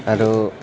আৰু